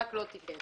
רק לא תיקף.